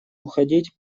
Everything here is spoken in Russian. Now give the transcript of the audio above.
уходить